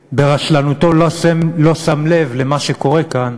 שברשלנותו לא שם לב למה שקורה כאן,